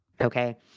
Okay